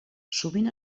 sovint